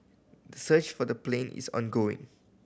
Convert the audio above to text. the search for the plane is ongoing